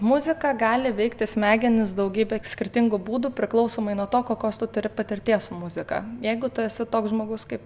muzika gali veikti smegenis daugybe skirtingų būdų priklausomai nuo to kokios tu turi patirties su muzika jeigu tu esi toks žmogus kaip